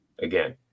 Again